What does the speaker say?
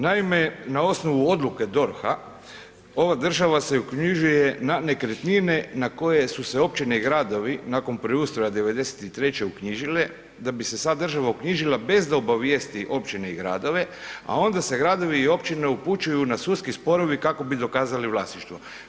Naime, na osnovu odluke DORH-a, ovo država se uknjižuje na nekretnine na koje su se općine i gradovi nakon preustroja '93. uknjižile, da bi se sad država uknjižila bez da obavijesti općine i gradove a onda se gradovi i općine upućuju na sudske sporove kako bi dokazali vlasništvo.